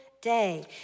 day